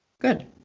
Good